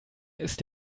ist